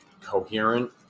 coherent